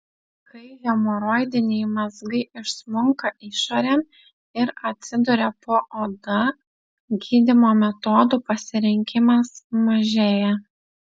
kai hemoroidiniai mazgai išsmunka išorėn ir atsiduria po oda gydymo metodų pasirinkimas mažėja